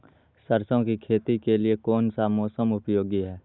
सरसो की खेती के लिए कौन सा मौसम उपयोगी है?